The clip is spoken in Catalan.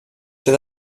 ser